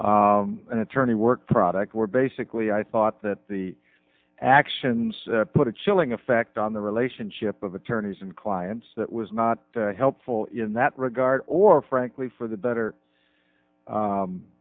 privilege and attorney work product were basically i thought that the actions put a chilling effect on the relationship of attorneys and clients that was not helpful in that regard or frankly for the better